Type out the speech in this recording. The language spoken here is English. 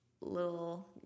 little